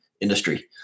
industry